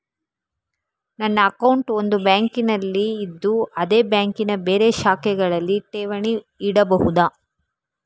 ನನ್ನ ಅಕೌಂಟ್ ಒಂದು ಬ್ಯಾಂಕಿನಲ್ಲಿ ಇದ್ದು ಅದೇ ಬ್ಯಾಂಕಿನ ಬೇರೆ ಶಾಖೆಗಳಲ್ಲಿ ಠೇವಣಿ ಇಡಬಹುದಾ?